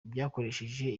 byakoresheje